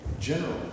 general